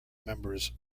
members